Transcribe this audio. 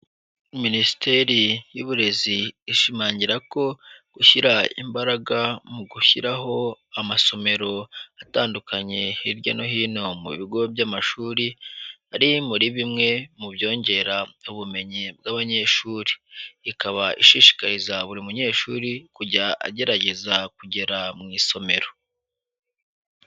Minisiteri y'uburezi ishimangira ko gushyira imbaraga mu gushyiraho amasomero atandukanye hirya no hino mu bigo by'amashuri, ari muri bimwe mu byongera ubumenyi bw'abanyeshuri, ikaba ishishikariza buri munyeshuri kujya agerageza kugera mu isomero.